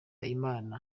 imana